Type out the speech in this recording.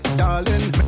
darling